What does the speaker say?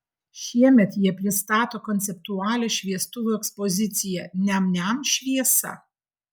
šiemet jie pristato konceptualią šviestuvų ekspoziciją niam niam šviesa